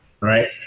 right